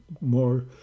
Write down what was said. more